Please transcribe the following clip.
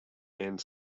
and